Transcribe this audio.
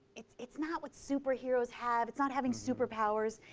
it's it's not what superheroes have. it's not having superpowers.